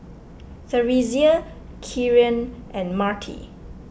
theresia Kieran and Marti